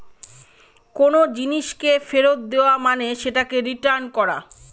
কোনো জিনিসকে ফেরত দেওয়া মানে সেটাকে রিটার্ন করা